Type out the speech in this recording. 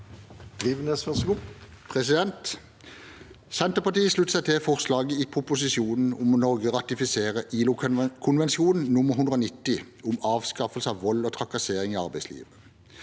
Senterpartiet slut- ter seg til forslaget i proposisjonen om at Norge skal ratifisere ILO-konvensjon nr. 190 om avskaffelse av vold og trakassering i arbeidslivet.